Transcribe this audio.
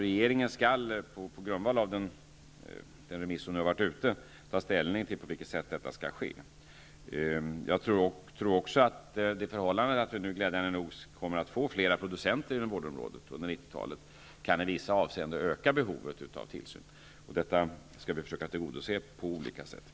Regeringen skall på grundval av den remissomgång som har varit ta ställning till på vilket sätt detta skall ske. Jag tror också att det förhållandet att vi glädjande nog kommer att få fler producenter inom vårdområdet under 1990-talet i vissa avseenden kan öka behovet av tillsyn. Det skall vi försöka tillgodose på olika sätt.